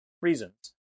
reasons